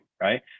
right